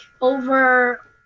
over